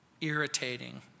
irritating